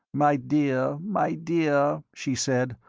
my dear, my dear, she said,